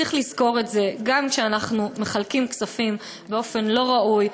וצריך לזכור את זה גם כשאנחנו מחלקים כספים באופן לא ראוי,